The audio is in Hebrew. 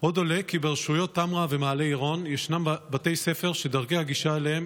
עוד עולה כי ברשויות טמרה ומעלה עירון ישנם בתי ספר שדרכי הגישה אליהם